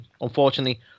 Unfortunately